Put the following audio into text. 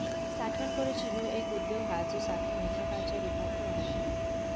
साठवण करूची ह्यो एक उद्योग हा जो साठवण एककाच्या रुपात पण ओळखतत